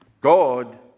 God